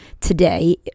today